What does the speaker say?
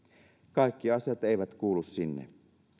kaikki asiat eivät kuulu sinne